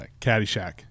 Caddyshack